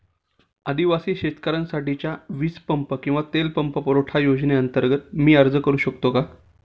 आदिवासी शेतकऱ्यांसाठीच्या वीज पंप किंवा तेल पंप पुरवठा योजनेअंतर्गत मी अर्ज करू शकतो का?